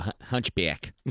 Hunchback